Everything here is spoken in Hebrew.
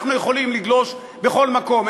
אנחנו יכולים לגלוש בכל מקום,